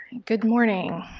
good morning.